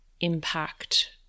impact